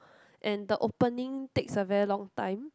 and the opening takes a very long time